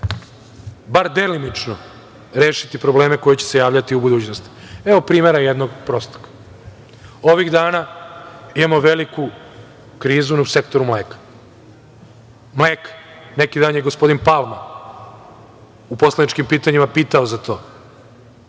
bar delimično rešiti probleme koji će se javljati u budućnosti. Evo jednog prostog primera. Ovih dana imamo veliku krizu u sektoru mleka. Neki dan je gospodin Palma u poslaničkim pitanjima pitao za to.